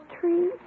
trees